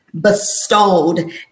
bestowed